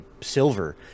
silver